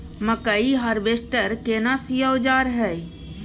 मकई हारवेस्टर केना सी औजार हय?